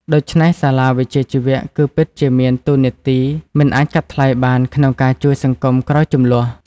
ដូច្នេះសាលាវិជ្ជាជីវៈ គឺពិតជាមានតួនាទីមិនអាចកាត់ថ្លៃបានក្នុងការជួយសង្គមក្រោយជម្លោះ។